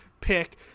pick